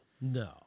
No